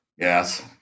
Yes